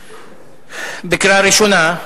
בקריאה ראשונה,